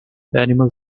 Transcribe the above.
animal